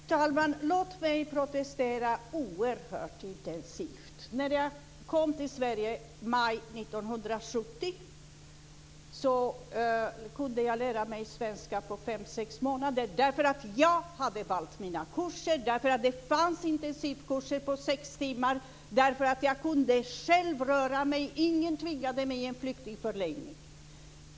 Fru talman! Låt mig protestera oerhört intensivt. När jag kom till Sverige i maj 1970 kunde jag lära mig svenska på fem sex månader därför att jag hade valt mina kurser, därför att det fanns intensivkurser på sex timmar, därför att jag själv kunde röra mig. Ingen tvingade mig till en flyktingförläggning.